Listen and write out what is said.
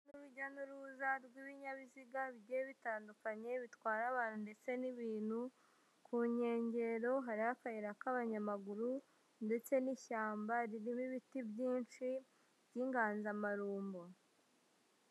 Urujya n'uruza rw'ibinyabiziga bigiye bitandukanye bitwara abantu ndetse n'ibintu, ku nkengero hariho akayira k'abanyamaguru ndetse n'ishyamba ririmo ibiti byinshi by'inganzamarumbo.